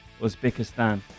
Uzbekistan